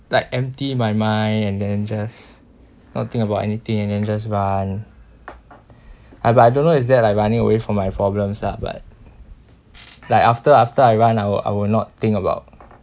like empty my mind and then just not think about anything and then just run I but I don't know is that like running away from my problems lah but like after after I run I'll I would not think about